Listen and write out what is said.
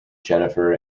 jennifer